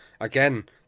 again